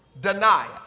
deny